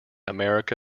america